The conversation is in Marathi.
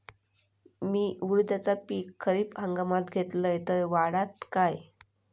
मी उडीदाचा पीक खरीप हंगामात घेतलय तर वाढात काय?